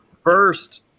First